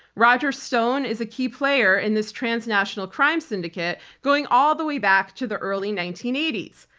roger stone is a key player in this transnational crime syndicate going all the way back to the early nineteen eighty s.